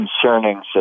concerning